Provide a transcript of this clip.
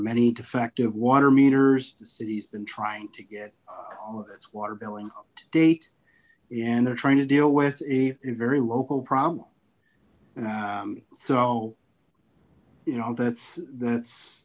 many defective water meters the city's been trying to get its water billing date and they're trying to deal with a very local problem so you know that's that's